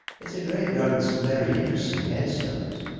it's a graveyard with some very inter esting head-stones.